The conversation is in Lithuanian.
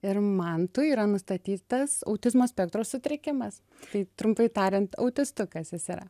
ir mantui yra nustatytas autizmo spektro sutrikimas taip trumpai tariant autistukas jis yra